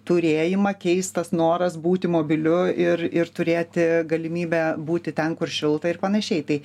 turėjimą keis tas noras būti mobiliu ir ir turėti galimybę būti ten kur šilta ir panašiai tai